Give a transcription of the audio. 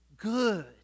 Good